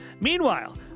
Meanwhile